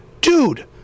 dude